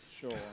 sure